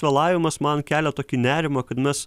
vėlavimas man kelia tokį nerimą kad mes